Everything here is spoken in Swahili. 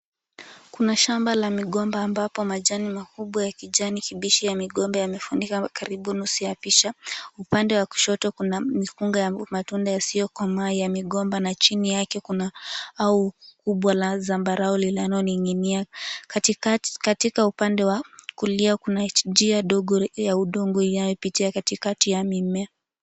Kuna shamba la migomba ambapo majani makubwa ya kijani kibichi ya migomba yamefunika karibu nusu ya picha. Upande wa kushoto kuna mikunga ya matunda yasiyokomaa ya migomba na chini yake kuna au ukubwa la zambarau linaloning'inia. Katikati katika upande wa kulia, kuna njia ndogo ya udongo inayopitia katikati ya mimea.